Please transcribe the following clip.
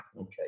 Okay